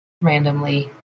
randomly